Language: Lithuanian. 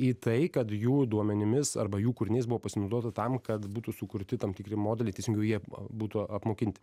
į tai kad jų duomenimis arba jų kūriniais buvo pasinaudota tam kad būtų sukurti tam tikri modeliai teisingiau jie būtų apmokinti